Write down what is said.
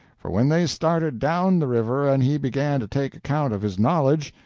for when they started down the river and he began to take account of his knowledge,